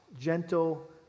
gentle